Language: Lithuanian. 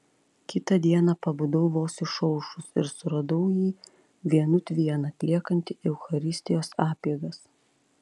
kitą dieną pabudau vos išaušus ir suradau jį vienut vieną atliekantį eucharistijos apeigas